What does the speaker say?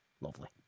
Lovely